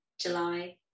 July